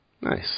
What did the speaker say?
Nice